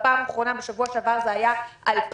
בפעם האחרונה בשבוע שעבר זה היה 2,000